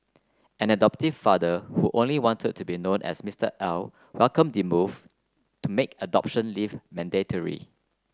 an adoptive father who only wanted to be known as Mister L welcomed the move to make adoption leave mandatory